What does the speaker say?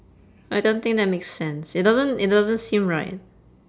I don't think that makes sense it doesn't it doesn't seem right